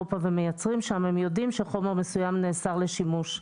ומייצרים שם הם יודעים שחומר מסוים נאסר לשימוש באירופה.